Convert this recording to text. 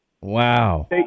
Wow